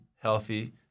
healthy